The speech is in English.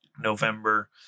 November